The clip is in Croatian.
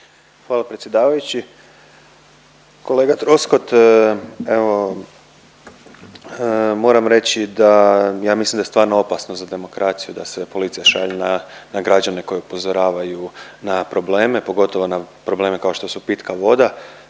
Hvala predsjedavajući. Kolega Troskot evo moram reći da ja mislim da je stvarno opasno za demokraciju da se policija šalje na građane koji upozoravaju na probleme, pogotovo na probleme kao što su pitka voda.